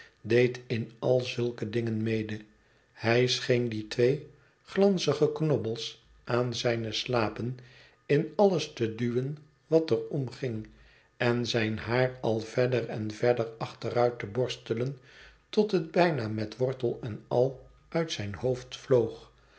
deed in al zulke dingen mede hij scheen die twee glanzige knobbels aan zijne slapen in alles te duwen wat er omging en zijn haar al verder en verder achteruit te borstelen tot het bijna met wortel en al uit zijn hoofd vloog